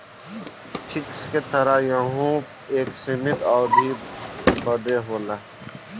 fix के तरह यहू एक सीमित अवधी बदे होला